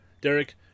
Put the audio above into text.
Derek